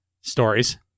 stories